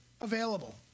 available